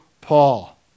Paul